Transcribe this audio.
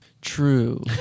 True